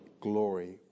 glory